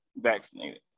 vaccinated